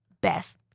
best